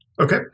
Okay